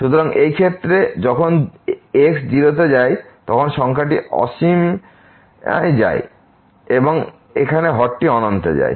সুতরাং এই ক্ষেত্রে যখন x 0 তে যায় সংখ্যাটি অসীমায় যায় এবং এখানে হরটি অনন্তে যায়